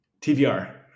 TVR